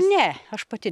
ne aš pati